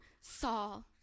Saul